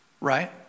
Right